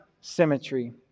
symmetry